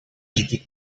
dzikich